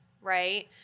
Right